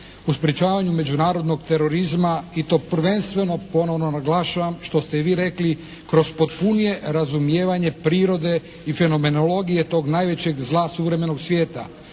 u sprječavanju međunarodnog terorizma i to prvenstveno ponovno naglašavam što ste i vi rekli kroz potpunije razumijevanje prirode i fenomenologije tog najvećeg zla suvremenog svijeta.